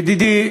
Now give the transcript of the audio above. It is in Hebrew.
ידידי,